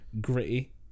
gritty